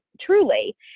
truly